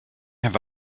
have